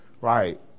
right